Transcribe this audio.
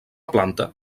planta